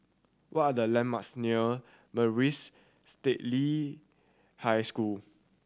what are the landmarks near Maris Stella High School